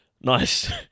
Nice